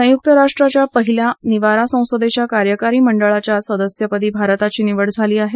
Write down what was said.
संयुक्त राष्ट्राच्या पहिल्या निवारा संसदेच्या कार्यकारी मंडळाच्या सदस्यपदी भारताची निवड झाली आहे